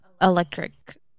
electric